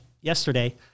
yesterday